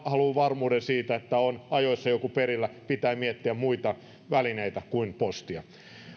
haluaa varmuuden siitä että on joku lähetys ajoissa perillä pitää miettiä muita välineitä kuin postia